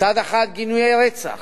מצד אחד גינוי הרצח